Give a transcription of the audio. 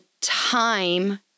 time